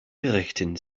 gerichten